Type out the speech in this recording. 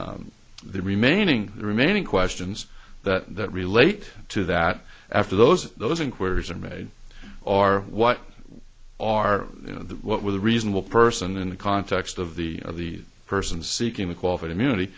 the remaining remaining questions that relate to that after those those inquiries are made are what are you know what with a reasonable person in the context of the of the person seeking the qualified immunity